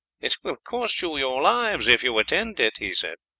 it will cost you your lives if you attempt it, he said.